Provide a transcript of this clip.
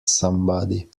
somebody